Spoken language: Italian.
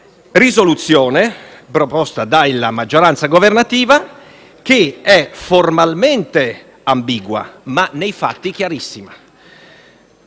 risoluzione proposta dalla maggioranza governativa che è formalmente ambigua, ma nei fatti chiarissima.